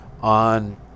on